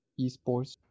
esports